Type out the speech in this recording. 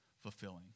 fulfilling